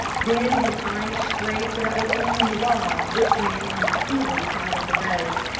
then his eyes strayed to the opening in the wall which ran on the seaward side of the road.